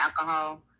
alcohol